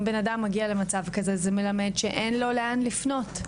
אם בן אדם מגיע למצב כזה זה מלמד שאין לו לאן לפנות.